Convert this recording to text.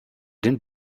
den